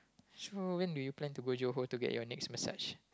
so when do you plan to go johor to get your next massage